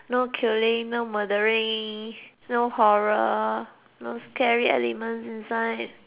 no killing no murdering no horror no scary elements inside